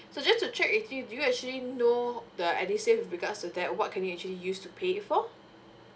so just to check with you do you actually know the edusave with regards to that what can you actually use to pay it for